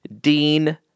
Dean